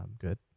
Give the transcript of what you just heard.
good